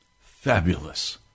fabulous